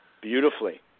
Beautifully